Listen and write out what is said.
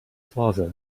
plaza